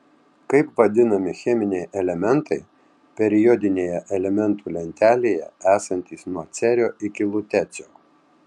kaip vadinami cheminiai elementai periodinėje elementų lentelėje esantys nuo cerio iki lutecio